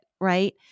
right